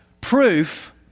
proof